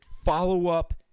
follow-up